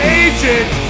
agent